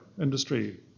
industry